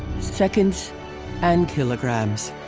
seconds and kilograms.